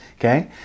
okay